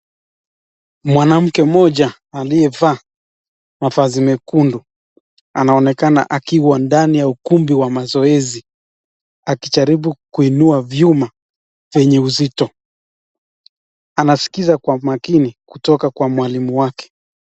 Mwanamke mmoja aliyevaa mavazi mekundu anaonekana akiwa ndani ya ukumbi wa mazoezi akijaribu kuinua vyuma vyenye uzito. Anasikiza kwa makini kutoka kwa mwalimu wake.